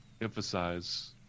emphasize